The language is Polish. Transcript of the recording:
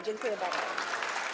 Dziękuję bardzo.